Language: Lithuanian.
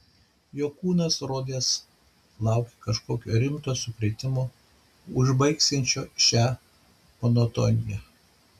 jo kūnas rodos laukė kažkokio rimto sukrėtimo užbaigsiančio šią monotoniją